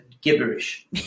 gibberish